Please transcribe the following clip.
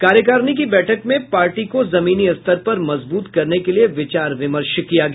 कार्यकारिणी की बैठक में पार्टी को जमीनी स्तर पर मजबूत करने के लिए विचार विमर्श किया गया